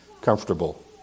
comfortable